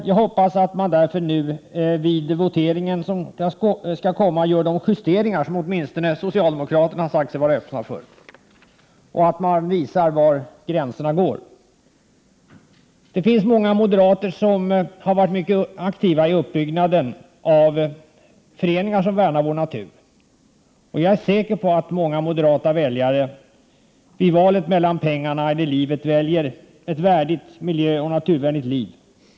Jag hoppas att man nu vid voteringen som skall komma gör de justeringar som åtminstone socialdemokraterna sagt sig vara öppna för och att man visar var gränserna går. Det finns många moderater som har varit mycket aktiva i uppbyggnaden av föreningar som värnar vår natur, och jag är säker på att många moderata väljare i valet mellan pengarna och livet väljer ett värdigt miljöoch naturvänligt liv.